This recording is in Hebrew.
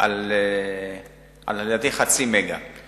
על חצי מגה, לדעתי.